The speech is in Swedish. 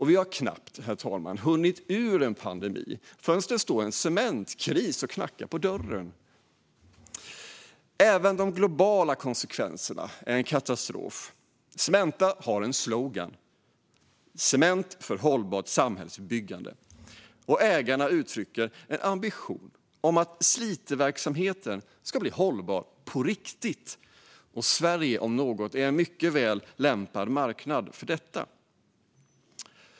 Vi har knappt hunnit ur en pandemi, herr talman, förrän det står en cementkris och knackar på dörren. Även de globala konsekvenserna är en katastrof. Cementa har en slogan: Cement för hållbart samhällsbyggande. Ägarna uttrycker en ambition att Sliteverksamheten ska bli hållbar på riktigt. Sverige om något är en mycket väl lämpad marknad för detta.